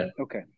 okay